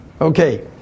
Okay